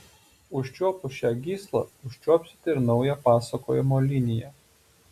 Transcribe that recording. užčiuopus šią gyslą užčiuopsite ir naują pasakojimo liniją